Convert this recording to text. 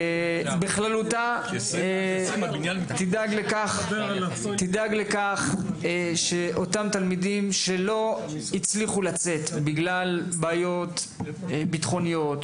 בכללותה תדאג לכך שאותם תלמידים שלא הצליחו לצאת בגלל בעיות ביטחוניות,